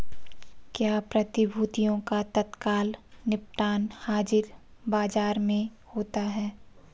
क्या प्रतिभूतियों का तत्काल निपटान हाज़िर बाजार में होता है?